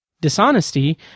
dishonesty